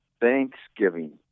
Thanksgiving